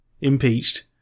impeached